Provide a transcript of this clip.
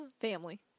Family